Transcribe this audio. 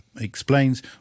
explains